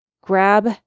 grab